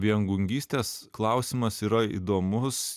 viengungystės klausimas yra įdomus